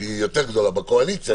שהיא יותר גדולה בקואליציה,